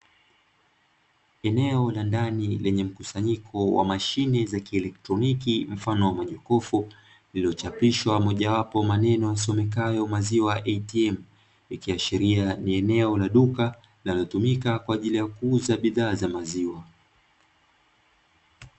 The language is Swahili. Eneo la ndani lenye mkusanyiko wa mashine za kieletroniki mfano wa majokofu, lililochapishwa mojawapo ya maneno yasomekayo maziwa "ATM", ikiashiria ni eneo la duka linalotumika kwa ajili ya kuuza bidhaa za maziwa.